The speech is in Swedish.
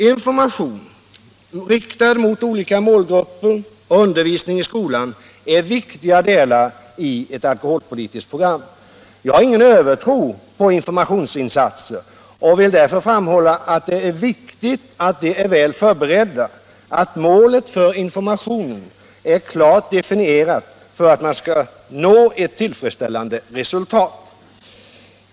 Information riktad mot olika målgrupper och undervisning i skolan är viktiga delar i ett alkoholpolitiskt program. Jag har ingen övertro på informationsinsatser och vill därför framhålla att det är viktigt att de är väl förberedda och att målet för informationen är klart definierat för att man skall nå ett tillfredsställande resultat.